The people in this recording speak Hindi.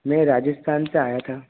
मैं राजस्थान से आया था